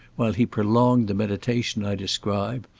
while he prolonged the meditation i describe,